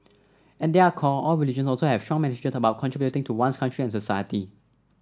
at their core all religions also have strong message about contributing to one's country and society